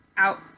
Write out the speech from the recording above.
out